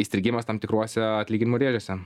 įstrigimas tam tikruose atlyginimų rėžiuose